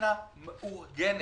שאיננה מאורגנת.